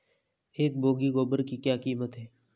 एक बोगी गोबर की क्या कीमत है?